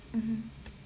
mmhmm